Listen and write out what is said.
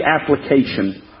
application